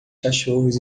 cachorros